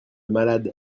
malade